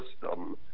system